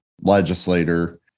legislator